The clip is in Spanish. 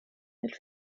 del